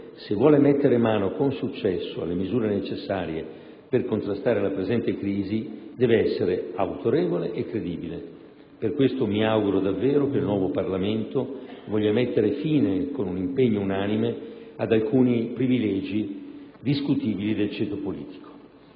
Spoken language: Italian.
se vuole mettere mano con successo alle misure necessarie per contrastare la presente crisi deve essere autorevole e credibile. Per questo mi auguro davvero che il nuovo Parlamento voglia mettere fine, con un impegno unanime, ad alcuni privilegi discutibili del ceto politico.